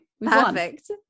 Perfect